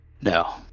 no